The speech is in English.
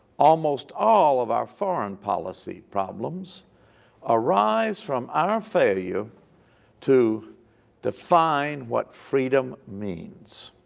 almost all of our foreign policy problems arise from our failure to define what freedom means.